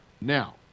Now